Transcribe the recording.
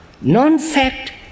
non-fact